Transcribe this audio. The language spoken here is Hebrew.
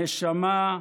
נשמה,